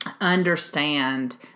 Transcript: understand